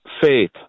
faith